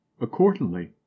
accordingly